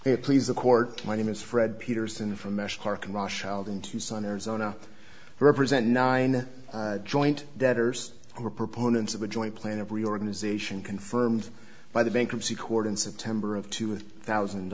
please the court my name is fred peterson from mesh park and rush out in tucson arizona represent nine joint debtors who are proponents of a joint plan of reorganization confirmed by the bankruptcy court in september of two thousand